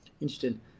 Interesting